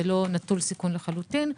זה לא נטול סיכון לחלוטין.